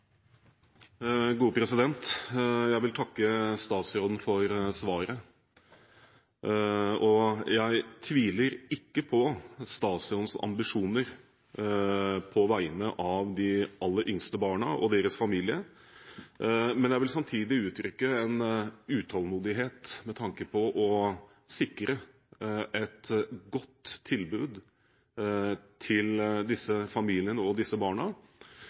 Jeg vil takke statsråden for svaret. Jeg tviler ikke på statsrådens ambisjoner på vegne av de aller yngste barna og deres familie, men jeg vil samtidig uttrykke utålmodighet med tanke på å sikre et godt tilbud til disse familiene og disse barna,